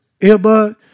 earbud